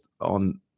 on